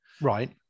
right